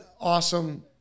awesome